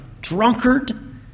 drunkard